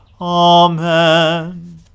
Amen